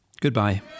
Goodbye